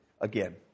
again